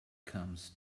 comes